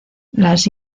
las